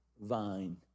vine